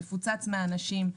האוטובוס מפוצץ באנשים,